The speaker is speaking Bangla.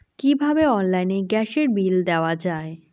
কিভাবে অনলাইনে গ্যাসের বিল দেওয়া যায়?